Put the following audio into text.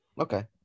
okay